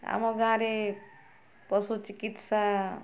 ଆମ ଗାଁରେ ପଶୁଚିକିତ୍ସା